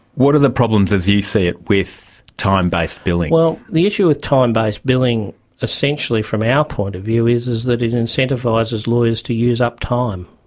what are the problems as you see it with time-based billing? well, the issue with time-based billing essentially from our point of view is is that it incentivises lawyers to use up time.